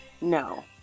No